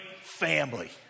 family